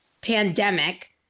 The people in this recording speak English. Pandemic